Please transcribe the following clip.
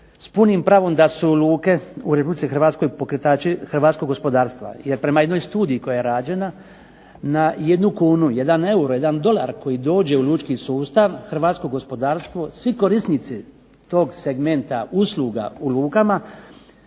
punim pravom da su luke u Republici Hrvatskoj pokretači hrvatskog gospodarstva, jer prema jednoj studiji koja je rađena, na jednu kunu, jedan euro, jedan dolar koji dođe u lučki sustav hrvatsko gospodarstvo, svi korisnici tog segmenta usluga u lukama